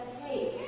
take